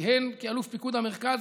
הוא כיהן כאלוף פיקוד המרכז,